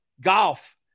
golf